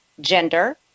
gender